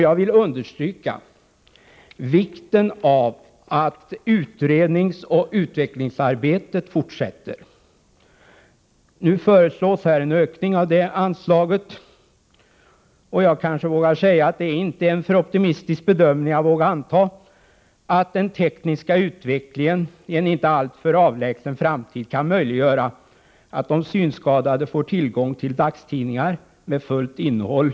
Jag vill understryka vikten av att utredningsoch utvecklingsarbetet fortsätter. Nu föreslås en ökning av anslaget. Jag kanske vågar säga att det inte är en alltför optimistisk bedömning att våga anta att den tekniska utvecklingen i en inte alltför avlägsen framtid kan möjliggöra att de synskadade får tillgång till dagstidningar med fullt innehåll.